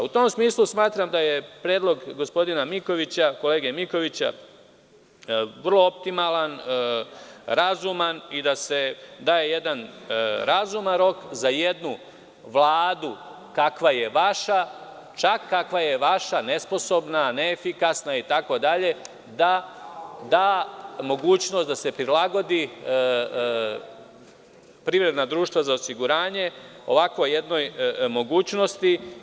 U tom smislu smatram da je predlog kolege Mikovića vrlo optimalan, razuman i da se daje jedan razuman rok za jednu Vladu kakva je vaša, čak kakva je vaša, nesposobna, neefikasna itd, da da mogućnost da se prilagode privredna društva za osiguranje ovakvoj jednoj mogućnosti.